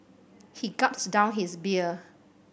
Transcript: he gulped down his beer